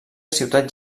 ciutat